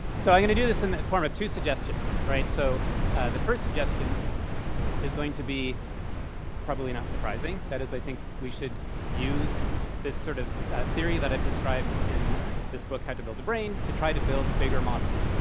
so i'm going to do this in the form of two suggestions, right? so the first suggestion is going to be probably not surprising. that is, i think we should use this sort of theory that i've described in this book, how to build a brain, to try to build bigger models.